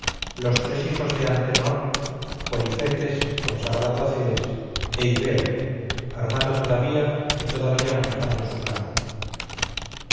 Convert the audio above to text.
los tres hijos de antenor polifetes consagrado a ceres e ideo armado todavía y todavía manejando su carro